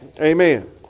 Amen